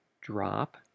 drop